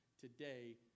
today